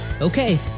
Okay